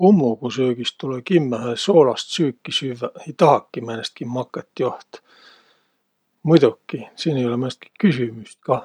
Hummogusöögis tulõ kimmähe soolast süüki süvväq. Ei tahaki määnestki makõt joht. Muidoki, siin ei olõq määnestki küsümüst kah.